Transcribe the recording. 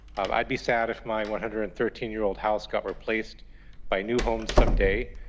i'd be sad if my one hundred and thirteen year old house got replaced by new homes someday.